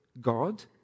God